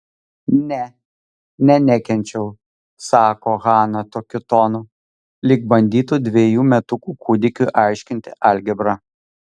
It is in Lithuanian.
ne ne nekenčiau sako hana tokiu tonu lyg bandytų dvejų metukų kūdikiui aiškinti algebrą